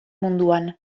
munduan